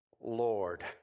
Lord